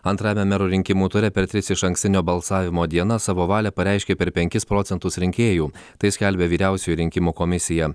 antrajame merų rinkimų ture per tris išankstinio balsavimo dienas savo valią pareiškė per penkis procentus rinkėjų tai skelbia vyriausioji rinkimų komisija